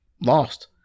lost